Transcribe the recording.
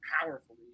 powerfully